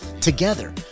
together